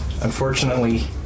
Unfortunately